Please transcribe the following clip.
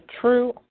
true